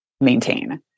maintain